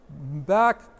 Back